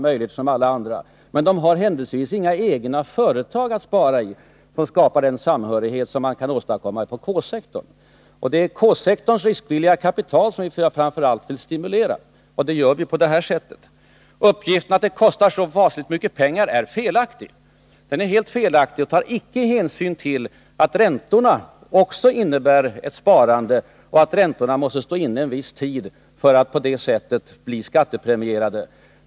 Men de har händelsevis inga egna företag att spara i, så att det kan skapas en sådan samhörighet som den som finns inom K-sektorn. Det är K-sektorns riskvilliga kapital som vi framför allt vill stimulera, och det gör vi på det här sättet. Uppgiften att det kostar så mycket pengar är helt felaktig. Kjell-Olof Feldt tar inte hänsyn till att räntorna också innebär ett sparande. Räntorna måste stå inne en viss tid för att bli skattepremierade.